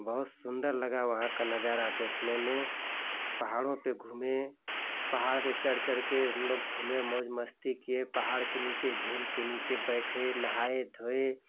बहुत सुन्दर लगा वहाँ का नज़ारा देखने में पहाड़ों पर घूमें पहाड़ पर चढ़ चढ़ कर हम लोग घूमें मौज मस्ती किए पहाड़ के नीचे झील के नीचे बैठे नहाए धोए